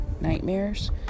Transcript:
nightmares